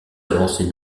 avancées